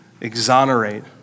exonerate